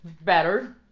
better